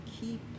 keep